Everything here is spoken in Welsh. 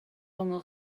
ongl